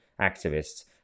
activists